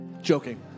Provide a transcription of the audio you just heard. Joking